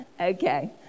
Okay